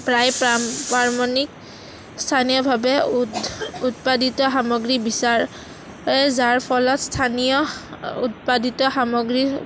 প্ৰায় প্ৰ পাৰ্মণিক স্থানীয়ভাৱে উ উৎপাদিত সামগ্ৰী বিচাৰে যাৰ ফলত স্থানীয় উৎপাদিত সামগ্ৰীৰ